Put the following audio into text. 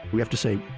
we have to say,